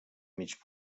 mig